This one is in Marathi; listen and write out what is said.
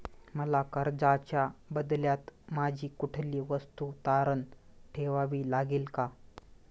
मला कर्जाच्या बदल्यात माझी कुठली वस्तू तारण ठेवावी लागेल का?